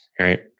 right